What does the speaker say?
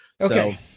Okay